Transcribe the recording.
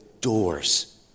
doors